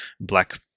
black